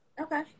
Okay